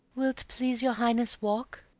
will't please your highness walk?